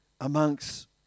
amongst